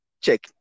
check